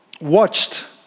watched